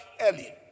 early